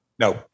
No